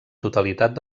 totalitat